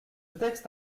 texte